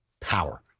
Power